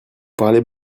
parlez